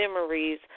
memories